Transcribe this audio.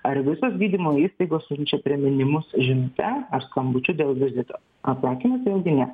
ar visos gydymo įstaigos siunčia priminimus žinute ar skambučiu dėl vizito atsakymas vėlgi ne